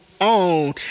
own